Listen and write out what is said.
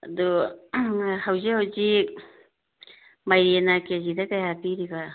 ꯑꯗꯨ ꯍꯧꯖꯤꯛ ꯍꯧꯖꯤꯛ ꯃꯥꯏꯔꯦꯟꯅ ꯀꯦ ꯖꯤꯗ ꯀꯌꯥ ꯄꯤꯔꯤꯕ